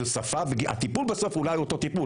אולי בסוף הטיפול הוא אותו טיפול,